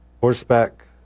Horseback